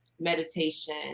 meditation